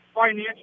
financial